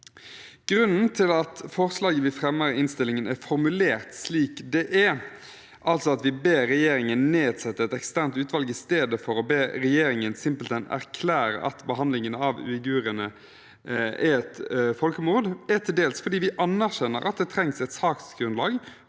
Grunnen til at forslaget som blir fremmet i innstillingen er formulert slik det er, altså at vi ber regjeringen «nedsette et eksternt utvalg» i stedet for å be regjeringen simpelthen erklære at behandlingen av uigurene er et folkemord, er til dels at vi anerkjenner at det trengs et saksgrunnlag